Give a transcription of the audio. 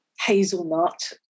hazelnut